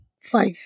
five